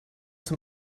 zum